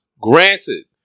Granted